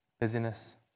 Busyness